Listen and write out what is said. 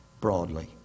broadly